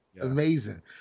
Amazing